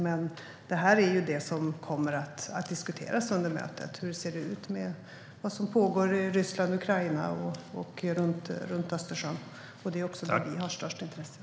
Vad som pågår i Ryssland och Ukraina och runt Östersjön är det som kommer att diskuteras under mötet. Det är också där vi har störst intressen.